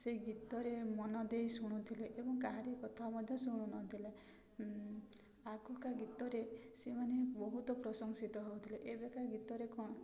ସେଇ ଗୀତରେ ମନ ଦେଇ ଶୁଣୁଥିଲେ ଏବଂ କାହାରି କଥା ମଧ୍ୟ ଶୁଣୁନଥିଲେ ଆଗକା ଗୀତରେ ସେମାନେ ବହୁତ ପ୍ରଶଂସିତ ହେଉଥିଲେ ଏବେକା ଗୀତରେ କ'ଣ